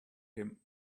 him